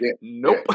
Nope